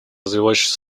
развивающиеся